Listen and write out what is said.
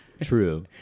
True